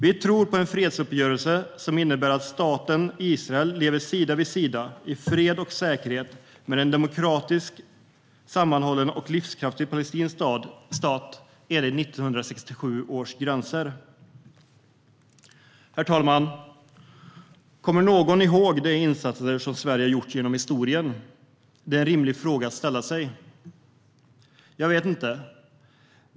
Vi tror på en fredsuppgörelse som innebär att staten Israel lever sida vid sida, i fred och säkerhet, med en demokratisk, sammanhållen och livskraftig palestinsk stat enligt 1967 års gränser. Herr talman! Kommer någon ihåg de insatser som Sverige har gjort genom historien? Det är en rimlig fråga att ställa sig. Jag vet inte.